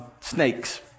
snakes